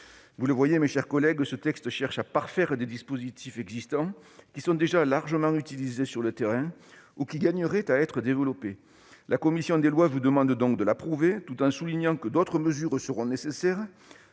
Vous le voyez, mes chers collègues, ce texte cherche à parfaire des dispositifs existants qui sont déjà largement utilisés sur le terrain ou gagneraient à être développés. La commission des lois vous demande donc de l'approuver, tout en soulignant que d'autres mesures seront nécessaires